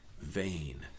vain